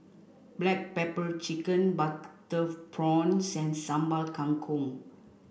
black pepper chicken butter prawns and Sambal Kangkong